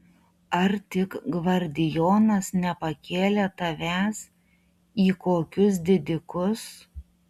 ar tik gvardijonas nepakėlė tavęs į kokius didikus